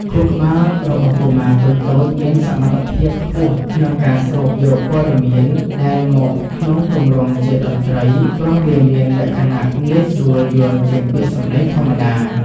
ខួរក្បាលរបស់កុមារតូចៗមានសមត្ថភាពខ្ពស់ក្នុងការស្រូបយកព័ត៌មានដែលមកក្នុងទម្រង់ជាតន្ត្រី ព្រោះវាមានលក្ខណៈងាយស្រួលយល់ជាងពាក្យសម្តីធម្មតា។